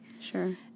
Sure